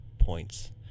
points